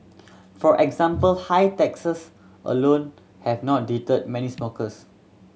for example high taxes alone have not deterred many smokers